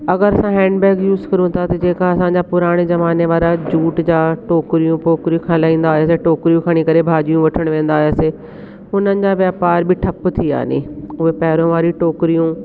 अगरि असां handbag use करूं था त जेका असांजा पुराणे ज़माने वारा जूट जा टोकरियूं पोकरियूं खलाईंदा हुआसीं टोकरियूं खणी करे भाॼियूं वठणु वेंदा हुआसीं हुननि जा वापार बि ठप थिया नी उहे पहिरियों वारी टोकरियूं